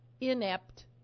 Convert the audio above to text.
inept